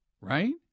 right